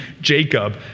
Jacob